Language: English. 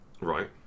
Right